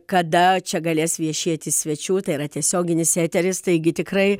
kada čia galės viešėti svečių tai yra tiesioginis eteris taigi tikrai